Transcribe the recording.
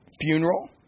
funeral